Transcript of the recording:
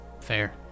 Fair